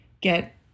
get